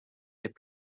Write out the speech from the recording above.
des